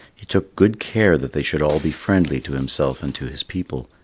he took good care that they should all be friendly to himself and to his people.